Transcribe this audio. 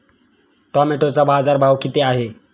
टोमॅटोचा बाजारभाव किती आहे?